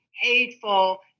hateful